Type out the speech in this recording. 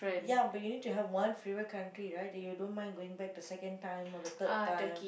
ya but you need to have one favourite country right that you don't mind going back the second time or the third time